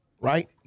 right